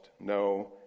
no